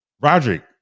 Roderick